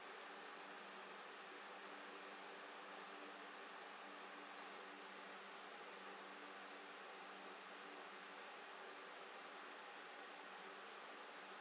mm